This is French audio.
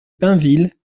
pinville